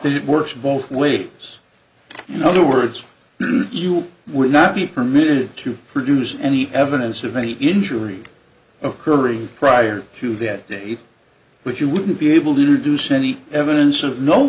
that it works both ways you know the words would not be permitted to produce any evidence of any injury occurring prior to that day which you wouldn't be able to deduce any evidence of no